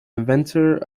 inventor